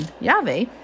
Yahweh